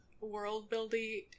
world-building